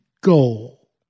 goal